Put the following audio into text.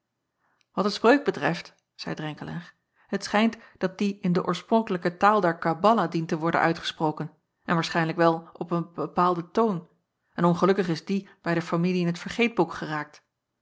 at de spreuk betreft zeî renkelaer het schijnt dat die in de oorspronkelijke taal der abbala dient te worden uitgesproken en waarschijnlijk wel op een bepaalden toon en ongelukkig is die bij de familie in t vergeetboek geraakt